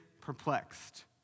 perplexed